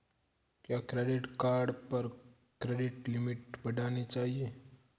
क्या credit card पर credit limit बढ़ानी चाहिए?